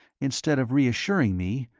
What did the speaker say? instead of reassuring me,